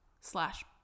slash